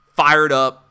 fired-up